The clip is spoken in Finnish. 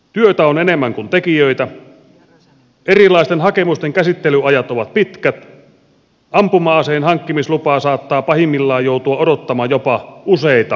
työtä on enemmän kuin tekijöitä erilaisten hakemusten käsittelyajat ovat pitkät ampuma aseen hankkimislupaa saattaa pahimmillaan joutua odottamaan jopa useita kuukausia